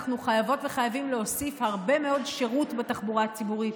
אנחנו חייבות וחייבים להוסיף הרבה מאוד שירות בתחבורה הציבורית,